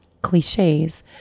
cliches